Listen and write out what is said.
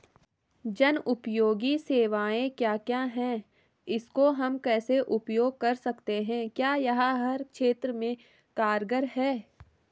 जनोपयोगी सेवाएं क्या क्या हैं इसको हम कैसे उपयोग कर सकते हैं क्या यह हर क्षेत्र में कारगर है?